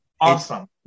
awesome